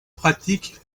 pratique